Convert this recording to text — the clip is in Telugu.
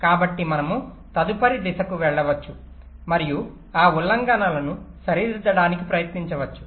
కాబట్టి మనము తదుపరి దశకు వెళ్ళవచ్చు మరియు ఆ ఉల్లంఘనలను సరిదిద్దడానికి ప్రయత్నించవచ్చు